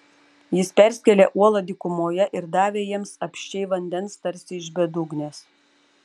jis perskėlė uolą dykumoje ir davė jiems apsčiai vandens tarsi iš bedugnės